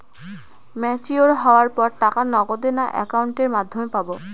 Mature হওয়ার পর টাকা নগদে না অ্যাকাউন্টের মাধ্যমে পাবো?